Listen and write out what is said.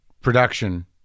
production